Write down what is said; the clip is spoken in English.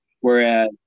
whereas